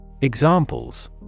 Examples